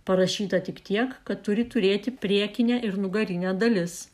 parašyta tik tiek kad turi turėti priekinę ir nugarinę dalis